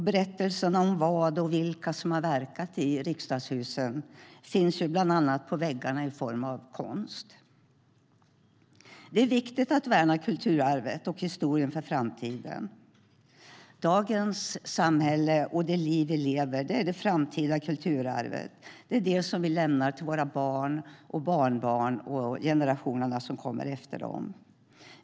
Berättelserna om vad och vilka som har verkat i riksdagshusen finns bland annat på väggarna i form av konst. Det är viktigt att värna kulturarvet och historien för framtiden. Dagens samhälle och det liv vi lever är det framtida kulturarvet. Det är det som vi lämnar till våra barn och barnbarn och till generationerna som kommer efter dem.